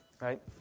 Right